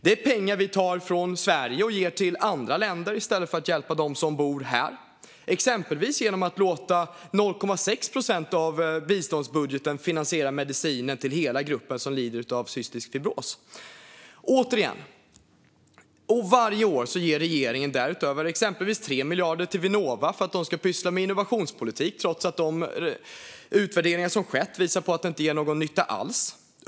Det är pengar vi tar från Sverige och ger till andra länder i stället för att hjälpa dem som bor här, exempelvis genom att låta 0,6 procent av biståndsbudgeten finansiera medicin åt hela gruppen som lider av cystisk fibros. Varje år ger regeringen därutöver exempelvis 3 miljarder till Vinnova för att de ska pyssla med innovationspolitik trots att de utvärderingar som skett visar att det inte ger någon nytta alls.